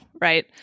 right